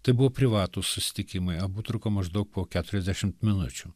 tai buvo privatūs susitikimai abu truko maždaug po keturiasdešimt minučių